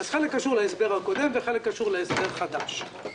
חלק קשור להסבר הקודם וחלק קשור להסבר חדש.